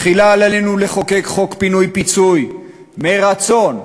תחילה עלינו לחוקק חוק פינוי-פיצוי מרצון.